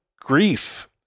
Grief